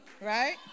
right